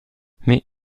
mais